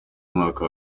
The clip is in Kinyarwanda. umwaka